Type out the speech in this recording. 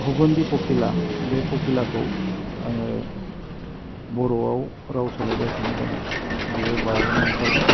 हग'न्दि पोखिला बे पोखिलाखौ आङो बर'आव राव सोलायगासिनो दङ बे बावैनो ओंखारगोन